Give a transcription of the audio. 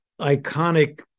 iconic